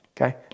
okay